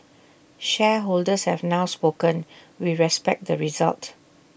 shareholders have now spoken we respect the result